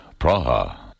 Praha